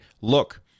look